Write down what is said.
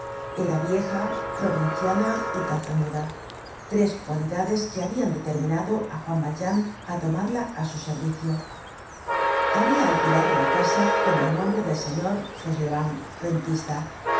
era vieja provinciana y tartamuda tres cualidades que habian determinado á juan valjean á tomarla á su servicio habia alquilado la casa con el nombre del señor fauchelevent rentista en